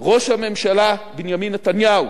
ראש הממשלה בנימין נתניהו,